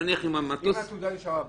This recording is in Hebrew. אם העתודה נשארה בבית,